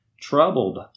troubled